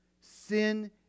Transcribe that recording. Sin